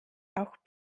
auch